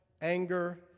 anger